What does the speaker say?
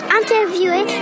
interviewer